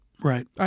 Right